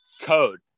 code